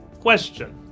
Question